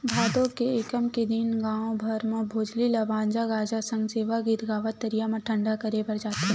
भादो के एकम के दिन गाँव भर म भोजली ल बाजा गाजा सग सेवा गीत गावत तरिया म ठंडा करे बर जाथे